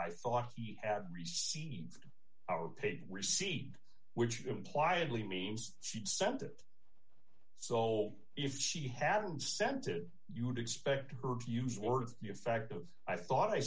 i thought he had received our paper receipt which imply only means she sent it so if she hadn't sent it you would expect her to use words the effect of i thought i